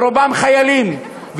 ורובם חיילים,